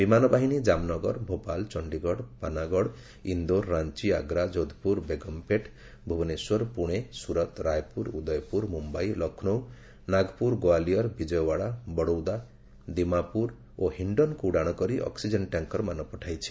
ବିମାନ ବାହିନୀ କାମନଗର ଭୋପାଳ ଚଣ୍ଡିଗଡ଼ ପାନାଗଡ଼ ଇନ୍ଦୋର ରାଞ୍ଚି ଆଗ୍ରା ଯୋଧପୁର ବେଗମ୍ପେଟ୍ ଭୁବନେଶ୍ୱର ପୁଣେ ସୁରତ ରାୟପୁର ଉଦୟପୁର ମୁମ୍ବାଇ ଲକ୍ଷ୍ନୌ ନାଗପୁର ଗ୍ୱାଲିୟର୍ ବିଜୟୱାଡା ବଡୌଦା ଦିମାପୁର ଓ ହିଣ୍ଡନ୍କୁ ଉଡ଼ାଣ କରି ଅକ୍ସିଜେନ୍ ଟ୍ୟାଙ୍କ୍ରମାନ ପଠାଇଛି